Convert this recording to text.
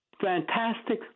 fantastic